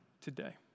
today